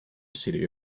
city